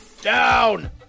down